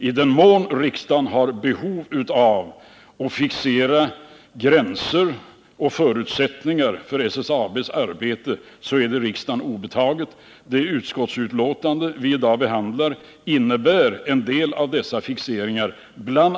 I den mån riksdagen har behov av att fixera gränser och förutsättningar för SSAB:s arbete är det riksdagen obetaget att göra detta. Det utskottsbetänkande som vi i dag behandlar innebär en del av dessa fixeringar, bl.